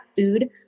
food